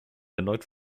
erneut